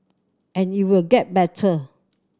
and it will get better